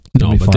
No